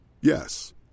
Yes